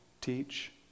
teach